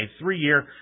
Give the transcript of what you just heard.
three-year